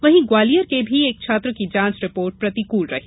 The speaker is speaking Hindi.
वहीं ग्वालियर के भी एक छात्र की जांच रिपोर्ट प्रतिकृल रही